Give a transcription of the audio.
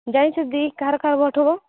ଜାଣିଛ ଦି କାହାର କାହାର ଭୋଟ ହେବ